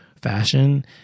Fashion